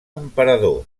emperador